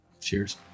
Cheers